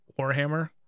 Warhammer